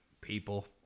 People